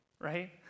right